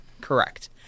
Correct